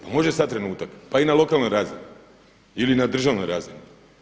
Pa možda je sad trenutak, pa i na lokalnoj razini ili na državnoj razini.